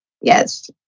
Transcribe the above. Yes